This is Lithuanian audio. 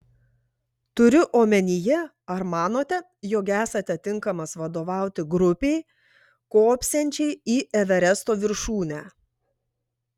turiu omenyje ar manote jog esate tinkamas vadovauti grupei kopsiančiai į everesto viršūnę